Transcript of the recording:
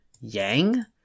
Yang